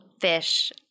fish